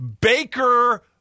Baker